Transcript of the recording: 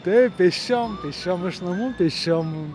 taip pėsčiom pėsčiom iš namų pėsčiom